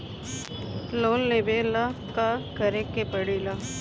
Loan लेबे ला का करे के पड़े ला?